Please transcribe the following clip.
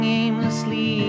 aimlessly